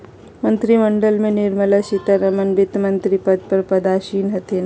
मंत्रिमंडल में निर्मला सीतारमण वित्तमंत्री पद पर पदासीन हथिन